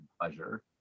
pleasure